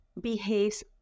behaves